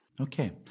Okay